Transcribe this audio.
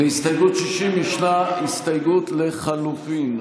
להסתייגות 60 ישנה הסתייגות לחלופין.